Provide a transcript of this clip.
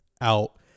out